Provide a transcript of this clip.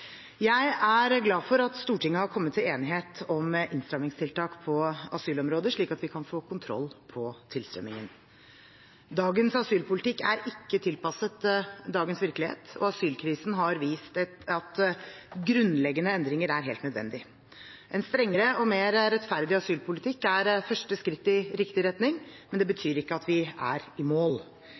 Jeg er glad for at Stortinget har kommet til enighet om innstramningstiltak på asylområdet, slik at vi kan få kontroll på tilstrømningen. Dagens asylpolitikk er ikke tilpasset dagens virkelighet, og asylkrisen har vist at grunnleggende endringer er helt nødvendig. En strengere og mer rettferdig asylpolitikk er første skritt i riktig retning, men det betyr ikke at vi er i mål.